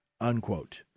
unquote